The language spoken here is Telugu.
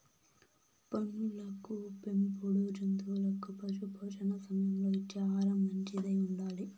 పసులకు పెంపుడు జంతువులకు పశుపోషణ సమయంలో ఇచ్చే ఆహారం మంచిదై ఉండాలి